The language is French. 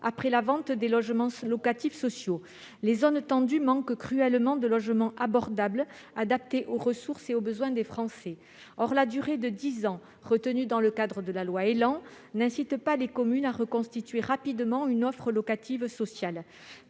après la vente des logements locatifs sociaux. Les zones tendues manquent cruellement de logements abordables adaptés aux ressources et aux besoins des Français. Or la durée de dix ans, retenue dans le cadre de la loi ÉLAN n'incite pas les communes à reconstituer rapidement une offre locative sociale.